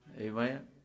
Amen